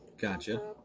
Gotcha